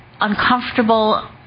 uncomfortable